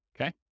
okay